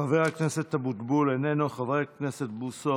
חבר הכנסת אבוטבול, איננו, חבר הכנסת בוסו,